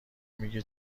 میگه